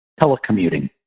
telecommuting